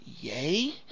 Yay